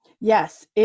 Yes